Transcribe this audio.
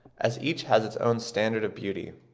as each has its own standard of beauty.